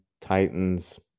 Titans